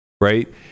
right